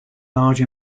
large